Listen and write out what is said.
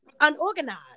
unorganized